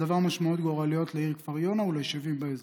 לדבר משמעויות גורליות לכפר יונה וליישובים באזור.